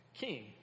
king